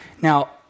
Now